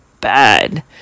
bad